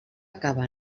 acaba